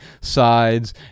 sides